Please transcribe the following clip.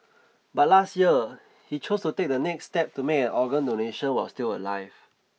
but last year he chose to take the next step to make an organ donation while still alive